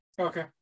Okay